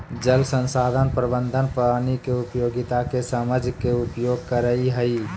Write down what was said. जल संसाधन प्रबंधन पानी के उपयोगिता के समझ के उपयोग करई हई